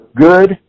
good